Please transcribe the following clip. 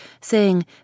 saying